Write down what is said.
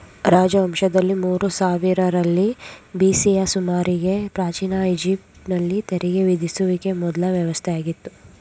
ರಾಜವಂಶದಲ್ಲಿ ಮೂರು ಸಾವಿರರಲ್ಲಿ ಬಿ.ಸಿಯ ಸುಮಾರಿಗೆ ಪ್ರಾಚೀನ ಈಜಿಪ್ಟ್ ನಲ್ಲಿ ತೆರಿಗೆ ವಿಧಿಸುವಿಕೆ ಮೊದ್ಲ ವ್ಯವಸ್ಥೆಯಾಗಿತ್ತು